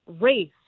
race